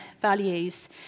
values